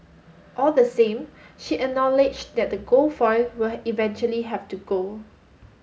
all the same she acknowledged that the gold foil will eventually have to go